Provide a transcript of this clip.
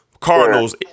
Cardinals